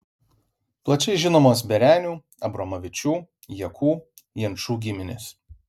plačiai žinomos berenių abromavičių jakų jančų giminės